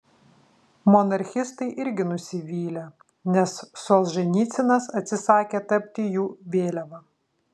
monarchistai irgi nusivylę nes solženicynas atsisakė tapti jų vėliava